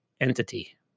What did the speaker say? entity